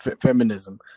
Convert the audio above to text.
feminism